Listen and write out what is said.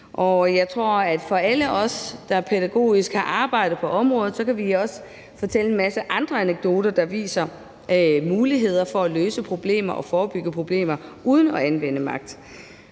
og jeg tror også, at alle os, der har arbejdet på det pædagogiske område, kan fortælle en masse andre anekdoter, der viser muligheder for at løse problemer og forebygge problemer uden at anvende magt.